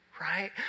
right